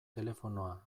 telefonoa